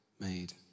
made